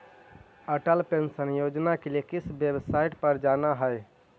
Atal pension योजना के लिए किस वेबसाईट पर जाना हई